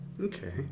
Okay